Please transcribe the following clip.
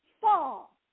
fall